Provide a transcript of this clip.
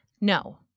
No